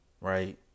Right